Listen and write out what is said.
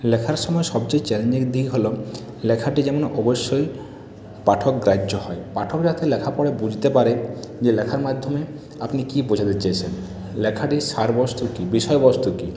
লেখার সময় সবচেয়ে চ্যালেঞ্জিং দিক হল লেখাটি যেমন অবশ্যই পাঠক গ্রাহ্য হয় পাঠকরা যাতে লেখা পড়ে বুঝতে পারে যে লেখার মাধ্যমে আপনি কী বোঝাতে চেয়েছেন লেখাটির সারবস্তু কী বিষয়বস্তু কী